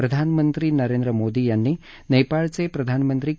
प्रधानमंत्री नरेंद्र मोदी यांनी नेपाळचे प्रधानमंत्री के